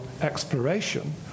exploration